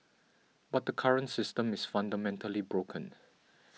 but the current system is fundamentally broken